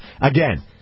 Again